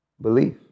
belief